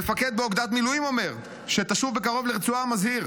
מפקד באוגדת מילואים שתשוב בקרוב לרצועה אומר ומזהיר: